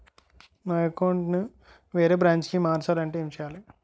నా అకౌంట్ ను వేరే బ్రాంచ్ కి మార్చాలి అంటే ఎం చేయాలి?